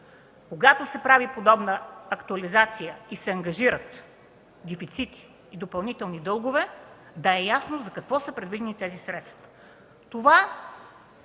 когато се прави подобна актуализация и се ангажират дефицити и допълнителни дългове, да се знае за какво са предвидени тези средства.